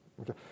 Okay